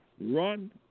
run